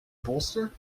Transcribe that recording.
bolster